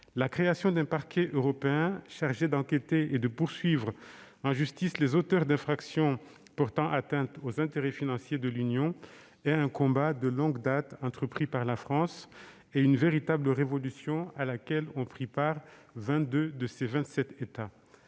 La création d'un parquet européen, chargé d'enquêter et de poursuivre en justice les auteurs d'infractions portant atteinte aux intérêts financiers de l'Union, est un combat de longue date entrepris par la France, et une véritable révolution à laquelle ont pris part vingt-deux des